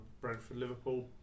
Brentford-Liverpool